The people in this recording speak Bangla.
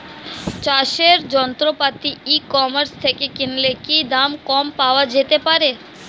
চাষের যন্ত্রপাতি ই কমার্স থেকে কিনলে কি দাম কম পাওয়া যেতে পারে?